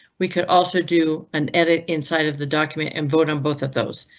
we could also do an edit inside of the document and vote on both of those.